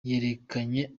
yerekanye